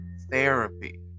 Therapy